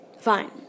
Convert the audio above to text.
Fine